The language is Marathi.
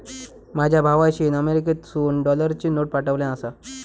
माझ्या भावाशीन अमेरिकेतसून डॉलरची नोट पाठवल्यान आसा